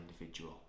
individual